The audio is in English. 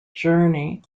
journey